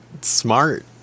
smart